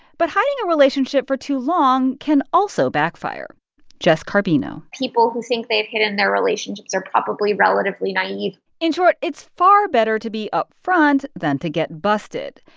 but hiding a relationship for too long can also backfire jess carbino people who think they've hidden their relationships are probably relatively naive in short, it's far better to be upfront than to get busted.